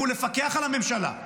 והוא לפקח על הממשלה,